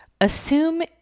Assume